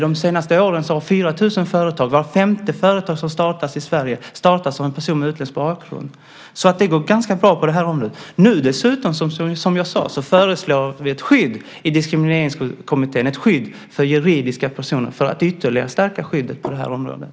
De senaste åren har 4 000 företag, var femte företag som startats i Sverige, startats av en person med utländsk bakgrund. Det har alltså gått ganska bra på det här området. Nu föreslår vi i Diskrimineringskommittén dessutom, som jag sade, ett skydd för juridiska personer för att ytterligare stärka skyddet på det här området.